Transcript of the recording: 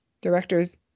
directors